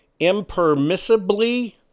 impermissibly